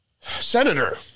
senator